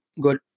good